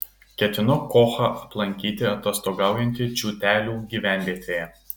ketinu kochą aplankyti atostogaujantį čiūtelių gyvenvietėje